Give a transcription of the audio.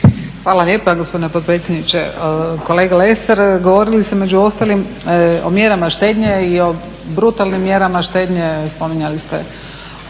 Hvala lijepa gospodine potpredsjedniče. Kolega Lesar, govorili ste među ostalim o mjerama štednje i o brutalnim mjerama štednje. Spominjali ste